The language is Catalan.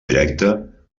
directa